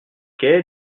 quai